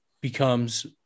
becomes